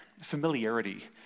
familiarity